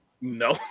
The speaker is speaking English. No